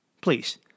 Please